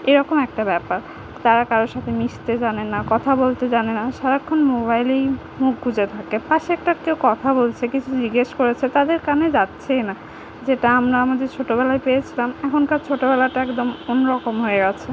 এরকম একটা ব্যাপার তারা কারও সাথে মিশতে জানে না কথা বলতে জানে না সারাক্ষণ মোবাইলেই মুখ গুঁজে থাকে পাশে একটা কেউ কথা বলছে কিছু জিজ্ঞাসা করেছে তাদের কানে যাচ্ছেই না যেটা আমরা আমাদের ছোটোবেলায় পেয়েছিলাম এখনকার ছোটোবেলাটা একদম অন্য রকম হয়ে গেছে